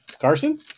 Carson